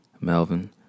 Melvin